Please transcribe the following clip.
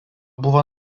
buvo